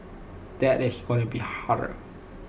that is going to be harder